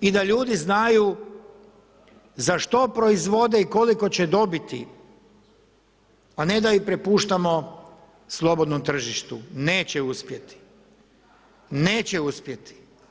i da ljudi znaju za što proizvode i koliko će dobiti a ne da ih prepuštamo slobodnom tržištu, neće uspjeti, neće uspjeti.